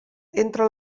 entra